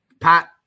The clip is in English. Pat